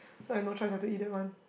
so I've no choice had to eat that one